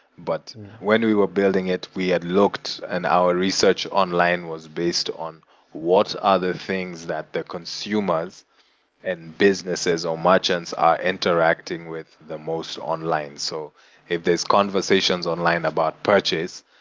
but when we were building it, we had looked, and our research online was based on what other things that the consumers and businesses or merchants are interacting with the most online. so if there're conversations online about purchase,